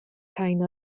rhain